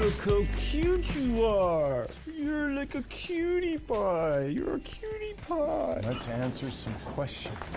cute you are. you're like a cutie pie. you're a cutie pie. let's answer some questions.